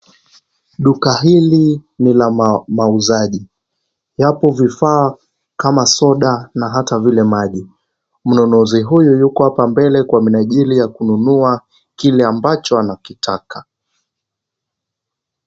Duka hili ni la mauzaji, yapo vifaa kama soda na hata vile maji, mnunuzi huyu yuko hapa mbele kwa minajili ya kununua kile ambacho anakitaka.